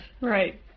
Right